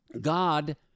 God